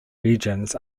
regions